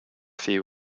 few